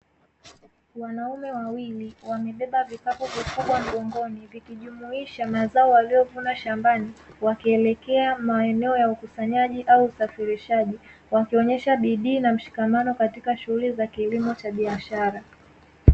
Wanaume wawili wamebeba vikapu vikubwa mgongoni, vikijumuisha mazao waliyovuna shambani; wakielekea maeneo ya ukusanyaji au usafirishaji, wakionyesha bidii na mshikamano katika shughuli za kilimo cha biashara.